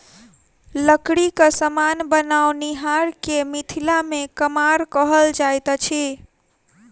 लकड़ीक समान बनओनिहार के मिथिला मे कमार कहल जाइत अछि